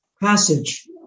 passage